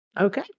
Okay